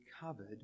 covered